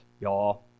y'all